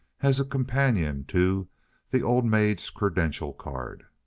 as a companion to the old maid's credential card